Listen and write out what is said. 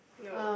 the